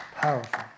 powerful